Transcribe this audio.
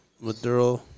Maduro